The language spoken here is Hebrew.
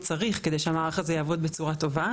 צריך כדי שהמערך הזה יעבוד בצורה טובה.